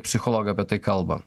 psichologai apie tai kalba